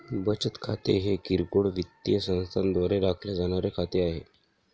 बचत खाते हे किरकोळ वित्तीय संस्थांद्वारे राखले जाणारे खाते आहे